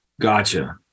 Gotcha